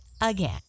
again